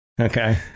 Okay